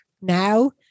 now